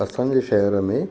असांजे शहर में